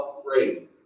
afraid